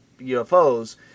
UFOs